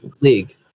league